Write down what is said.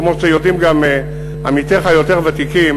כמו שיודעים גם עמיתיך היותר-ותיקים,